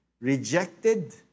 rejected